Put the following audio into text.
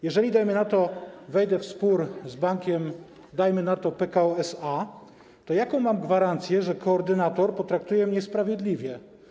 Jeżeli, dajmy na to, wejdę w spór z bankiem PKO SA, to jaką mam gwarancję, że koordynator potraktuje mnie sprawiedliwie?